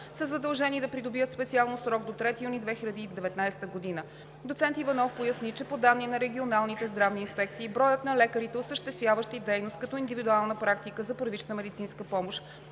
са задължени да придобият специалност в срок до 3 юни 2019 г. Доцент Иванов поясни, че по данни на регионалните здравни инспекции броят на лекарите, осъществяващи дейност като индивидуална практика за първична медицинска помощ,